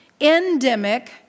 endemic